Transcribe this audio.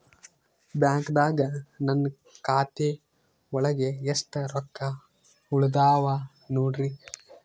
ಬ್ಯಾಂಕ್ದಾಗ ನನ್ ಖಾತೆ ಒಳಗೆ ಎಷ್ಟ್ ರೊಕ್ಕ ಉಳದಾವ ನೋಡ್ರಿ?